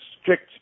strict